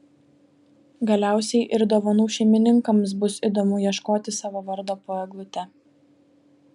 galiausiai ir dovanų šeimininkams bus įdomu ieškoti savo vardo po eglute